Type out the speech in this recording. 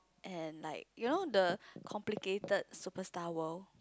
and like you know the complimented superstar world